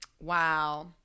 Wow